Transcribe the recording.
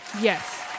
yes